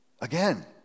again